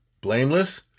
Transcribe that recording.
blameless